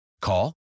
Call